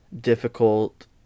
difficult